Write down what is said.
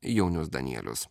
jaunius danielius